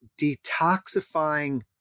detoxifying